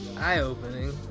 Eye-opening